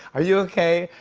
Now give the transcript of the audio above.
are you okay?